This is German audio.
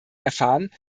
erfahren